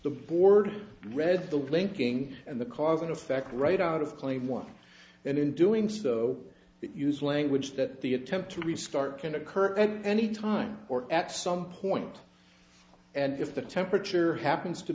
the board read the linking and the cause and effect right out of claim one and in doing so that use language that the attempt to restart can occur at any time or at some point and if the temperature happens to